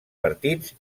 partits